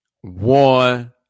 One